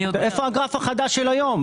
איפה הגרף החדש של היום?